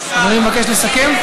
אדוני מבקש לסכם?